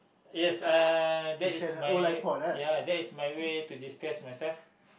yes uh that is my ya that is my way to destress myself